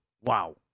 wow